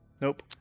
nope